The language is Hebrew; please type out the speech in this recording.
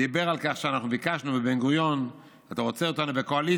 דיבר על כך שאנחנו אמרנו לבן-גוריון: אם אתה רוצה אותנו בקואליציה,